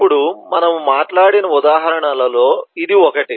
ఇప్పుడు మనము మాట్లాడిన ఉదాహరణలలో ఇది ఒకటి